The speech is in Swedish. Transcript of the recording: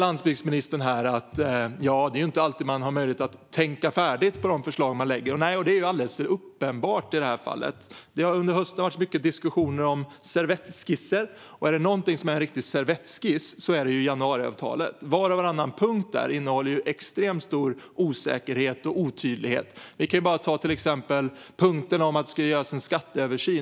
Landsbygdsministern sa att man inte alltid har möjlighet tänka färdigt på de förslag man lägger fram. Nej, och det är alldeles uppenbart i detta fall. Under hösten var det mycket diskussion om servettskisser, och är det något som är en riktig servettskiss är det januariavtalet. Var och varannan punkt innehåller extremt stor osäkerhet och otydlighet. Låt oss till exempel ta punkten om att det ska göras en skatteöversyn.